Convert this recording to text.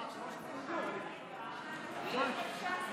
חברי הכנסת,